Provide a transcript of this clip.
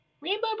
rainbow